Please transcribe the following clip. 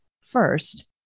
First